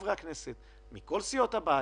חברי הכנסת מכל סיעות הבית